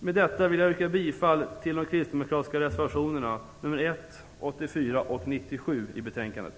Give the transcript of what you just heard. Med detta vill jag yrka bifall till de kristdemokratiska reservationerna nr 1, 84 och 97 i betänkandet.